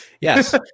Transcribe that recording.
Yes